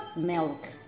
milk